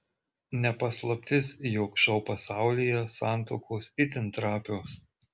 ne paslaptis jog šou pasaulyje santuokos itin trapios